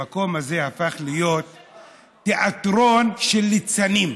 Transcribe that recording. המקום הזה הפך להיות תיאטרון של ליצנים,